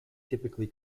typically